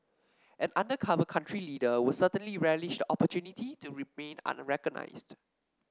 an undercover country leader would certainly relish the opportunity to remain unrecognised